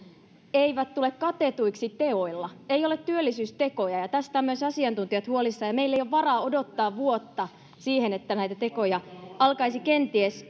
eivät tule katetuiksi teoilla ei ole työllisyystekoja ja tästä ovat myös asiantuntijat huolissaan ja meillä ei ole varaa odottaa vuotta siihen että näitä tekoja alkaisi kenties